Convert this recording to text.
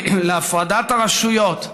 להפרדת הרשויות,